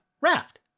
raft